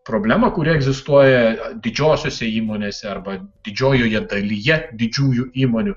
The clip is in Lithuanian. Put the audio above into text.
problemą kuri egzistuoja didžiosiose įmonėse arba didžiojoje dalyje didžiųjų įmonių